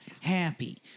happy